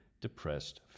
depressed